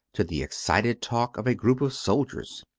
to the excited talk of a group of soldiers.